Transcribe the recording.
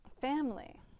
family